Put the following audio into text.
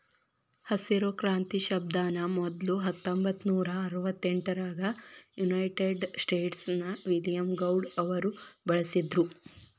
ಹಸಿರು ಕ್ರಾಂತಿ ಶಬ್ದಾನ ಮೊದ್ಲ ಹತ್ತೊಂಭತ್ತನೂರಾ ಅರವತ್ತೆಂಟರಾಗ ಯುನೈಟೆಡ್ ಸ್ಟೇಟ್ಸ್ ನ ವಿಲಿಯಂ ಗೌಡ್ ಅವರು ಬಳಸಿದ್ರು